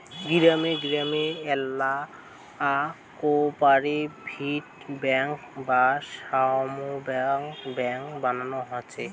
গিরামে গিরামে আল্যা কোপরেটিভ বেঙ্ক বা সমব্যায় বেঙ্ক বানানো হসে